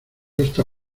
esto